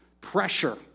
Pressure